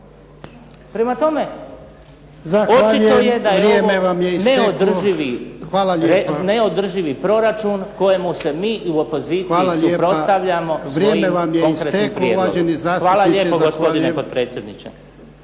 Hvala lijepa./... ... da je ovo neodrživi proračun kojemu se mi u opoziciji suprotstavljamo svojim konkretnim prijedlogom. Hvala lijepo gospodine potpredsjedniče.